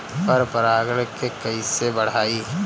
पर परा गण के कईसे बढ़ाई?